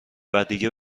ودیگه